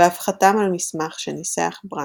ואף חתם על מסמך שניסח ברנדוט.